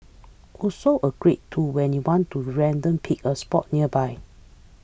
also a great tool when you want to random pick a spot nearby